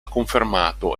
confermato